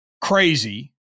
crazy